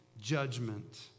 judgment